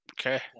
Okay